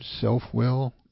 self-will